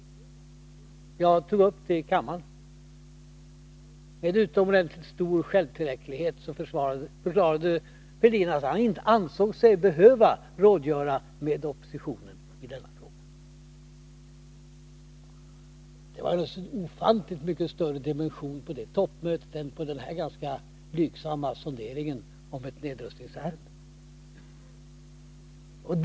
Jag tog upp frågan i kammaren. Med utomordentligt stor självtillräcklighet svarade Thorbjörn Fälldin att han inte ansåg sig behöva rådgöra med oppositionen i denna fråga. Det var en ofantligt mycket större dimension på det toppmötet än på den här ganska blygsamma sonderingen om ett nedrustningsärende.